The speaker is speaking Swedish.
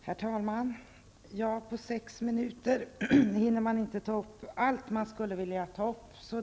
Herr talman! På sex minuter hinner man inte ta upp allt som man skulle vilja ta upp.